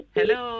Hello